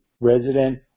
Resident